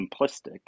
simplistic